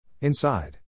Inside